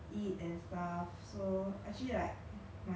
do you think like she went to korea more times than you or you